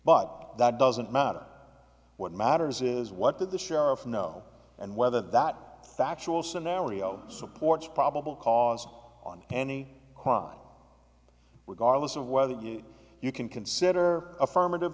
but that doesn't matter what matters is what did the sheriff know and whether that factual scenario supports probable cause on any crime regardless of whether you you can consider affirmative